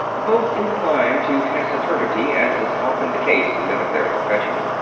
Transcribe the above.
both inclined to taciturnity, as is often the case in men of their profession.